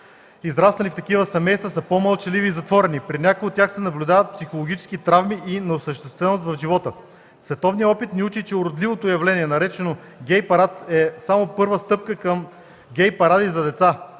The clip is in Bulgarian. израснали в такива семейства, са по-мълчаливи и затворени. При някои от тях се наблюдават психологически травми и неосъщественост в живота. Световният опит ни учи, че уродливото явление, наречено „гей парад” е само първата стъпка към гей паради за деца,